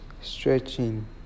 stretching